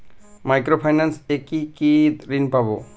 Micro finance এ কি কি ঋণ পাবো?